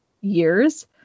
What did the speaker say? years